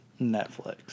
Netflix